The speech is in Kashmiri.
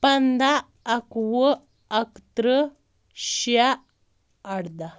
پنٛدہ اَکہٕ وُہ اَکہٕ تٕرٛہ شےٚ اَردٔہ